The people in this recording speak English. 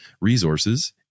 resources